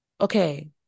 okay